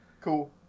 Cool